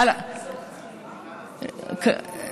איזה לכוד?